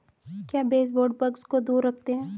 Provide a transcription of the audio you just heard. क्या baseboard bugs को दूर रखते हैं?